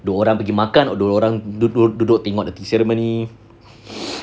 dua orang gi makan dua orang duduk duduk tengok the tea ceremony